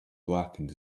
blackened